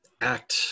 act